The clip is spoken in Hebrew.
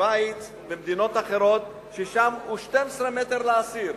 ושווייץ ומדינות אחרות, ששם יש 12 מ"ר לאסיר.